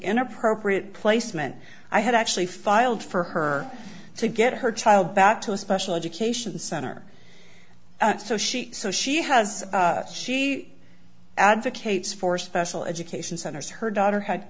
inappropriate placement i had actually filed for her to get her child back to a special education center so she so she has she advocates for special education centers her daughter had